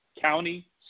County